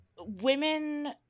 Women